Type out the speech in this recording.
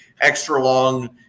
extra-long